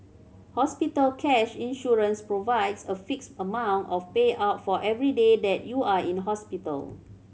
hospital cash insurance provides a fixed amount of payout for every day that you are in hospital